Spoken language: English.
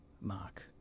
Mark